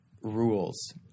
rules